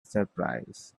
surprise